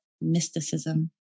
mysticism